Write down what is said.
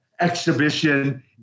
exhibition